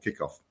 kickoff